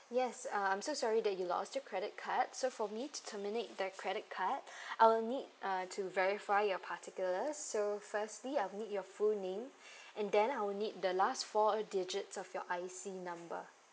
yes uh I'm so sorry that you lost your credit card so for me to terminate the credit card I'll need uh to verify your particulars so firstly I'll need your full name and then I'll need the last four digits of your I_ C number